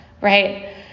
right